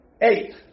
eight